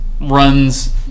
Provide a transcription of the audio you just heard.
runs